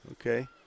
Okay